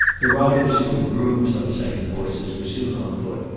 the riders who had grooms on second horses were soon on foot,